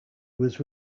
was